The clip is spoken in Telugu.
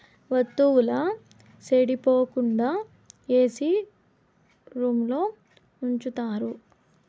వత్తువుల సెడిపోకుండా ఏసీ రూంలో ఉంచుతారు